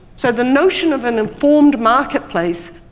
so the notation of an informed marketplace,